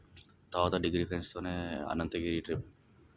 తర్వాత డిగ్రీ ఫ్రెండ్స్తోనే అనంతగిరి ట్రిప్